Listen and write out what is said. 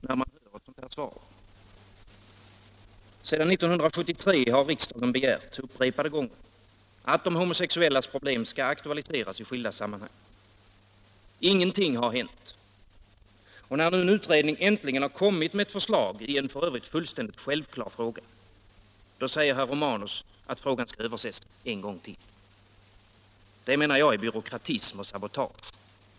Herr talman! Jag tackar för svaret på min fråga. Det är flera saker som gör att man blir arg när man hör ett sådant svar. Sedan 1973 har riksdagen upprepade gånger begärt att de homosexuellas problem skall aktualiseras i skilda sammanhang. Ingenting har hänt. När en utredning äntligen har kommit med förslag i en f. ö. självklar fråga, då säger herr Romanus att frågan skall överses en gång till. Det menar jag är byråkratism och sabotage.